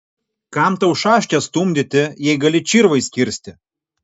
kam tau šaškes stumdyti jei gali čirvais kirsti